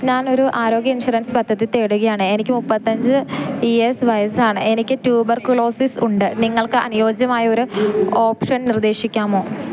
ഞാൻ ഒരു ആരോഗ്യ ഇൻഷുറൻസ് പദ്ധതി തേടുകയാണ് എനിക്ക് മുപ്പത്തഞ്ച് ഇയേഴ്സ് വയസ്സാണ് എനിക്ക് ട്യൂബർകുളോസിസ് ഉണ്ട് നിങ്ങൾക്ക് അനുയോജ്യമായ ഒരു ഓപ്ഷൻ നിർദ്ദേശിക്കാമോ